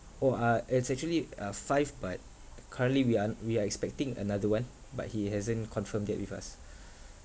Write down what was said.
!ow! uh it's actually uh five but currently we are we are expecting another one but he hasn't confirmed that with us